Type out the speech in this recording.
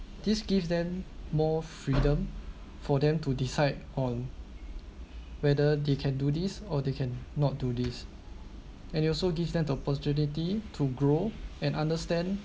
this gives them more freedom for them to decide on whether they can do this or they can not do this and it also gives them the opportunity to grow and understand